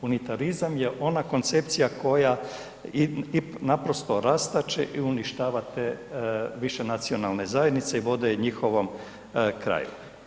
Unitarizam je ona koncepcija koja naprosto rastače i uništava te višenacionalne zajednice i vode je njihovom kraju.